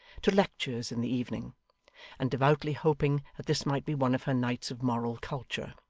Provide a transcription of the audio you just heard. to lectures in the evening and devoutly hoping that this might be one of her nights of moral culture.